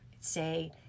say